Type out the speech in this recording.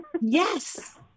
Yes